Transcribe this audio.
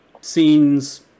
scenes